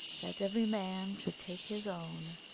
that every man should take his own,